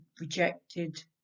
rejected